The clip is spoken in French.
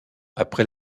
après